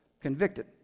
convicted